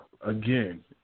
again